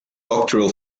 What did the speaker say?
doctoral